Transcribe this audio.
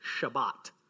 Shabbat